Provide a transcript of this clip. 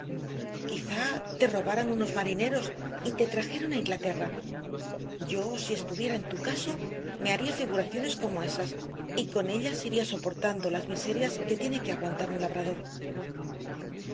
quizá te robaran unos marineros y te trajeron a inglaterra yo si estuviera en tu caso me haría figuraciones como ésas y con ellas iría soportando las miserias que tiene que aguantar un labrador